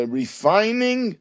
refining